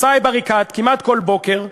סאיב עריקאת, כמעט כל בוקר,